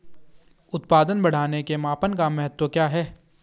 उत्पादन बढ़ाने के मापन का महत्व क्या है?